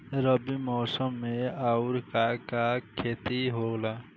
रबी मौसम में आऊर का का के खेती होला?